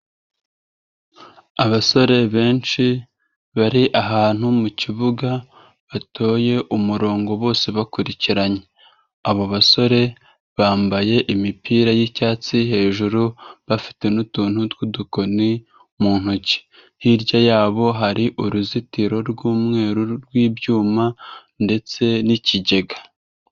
Abasore benshi bari ahantu mu kibuga batoye umurongo bose bakurikiranye, abo basore bambaye imipira y'icyatsi hejuru bafite n'utuntu tw'udukoni mu ntoki hirya yabo hari uruzitiro rw'umweru rw'ibyuma ndetse n'ikigega.